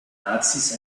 nazis